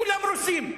כולם רוסים,